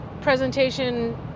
presentation